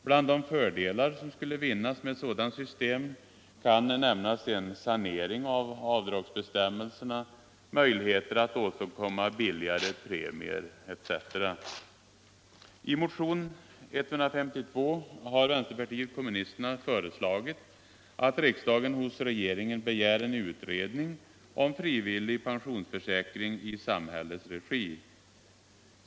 Bland de fördelar som skulle vinnas med ett sådant system kan nämnas en sanering av avdragsbestämmelserna, möjligheter att åstadkomma billigare premier, etc. hos regeringen begär en utredning om frivillig pensionsförsäkring i samhällets regi.